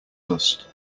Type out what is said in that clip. dust